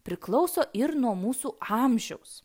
priklauso ir nuo mūsų amžiaus